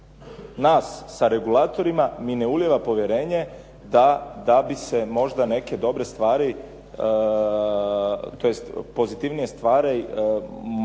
nas sa regulatorima mi ne ulijeva povjerenje da bi se možda neke dobre stvari, tj. pozitivnije stvari mogle